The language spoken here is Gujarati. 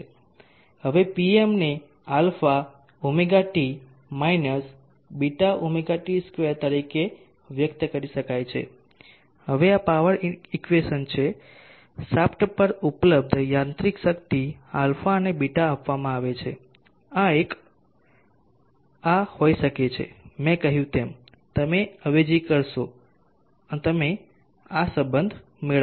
હવે Pm ને α ωt β ωt2 તરીકે વ્યક્ત કરી શકાય છે હવે આ પાવર ઇક્વેશન છે શાફ્ટ પર ઉપલબ્ધ યાંત્રિક શક્તિ α અને β આપવામાં આવે છે આ એક આ હોઈ શકે છે મેં કહ્યું તેમ તમે અવેજી કરશો તમે આ સંબંધ મેળવશો